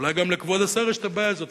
אולי גם לכבוד השר יש הבעיה הזאת,